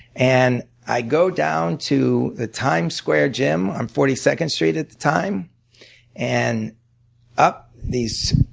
and i go down to the times square gym on forty second street at the time and up these